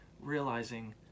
realizing